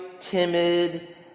timid